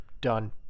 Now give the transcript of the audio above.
Done